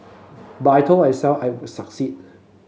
but I told I self I would succeed